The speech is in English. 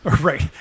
Right